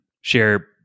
share